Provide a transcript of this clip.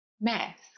mask